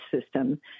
system